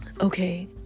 Okay